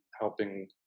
helping